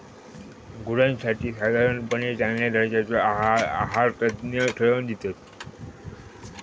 गुरांसाठी साधारणपणे चांगल्या दर्जाचो आहार आहारतज्ञ ठरवन दितत